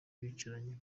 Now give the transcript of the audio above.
bicaranye